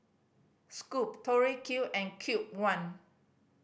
Scoot Tori Q and Cube One